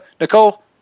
Nicole